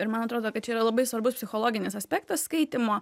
ir man atrodo kad čia yra labai svarbus psichologinis aspektas skaitymo